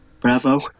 Bravo